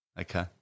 Okay